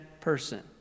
person